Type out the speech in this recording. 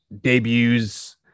debuts